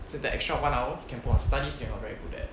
so that extra one hour can put on studies that you're not very good at